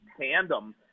tandem